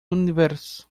universo